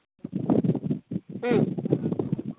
ᱦᱚᱸ